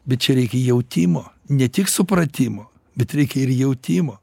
bet čia reikia jautimo ne tik supratimo bet reikia ir jautimo